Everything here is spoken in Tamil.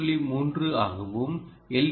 3 ஆகவும் எல்